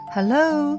Hello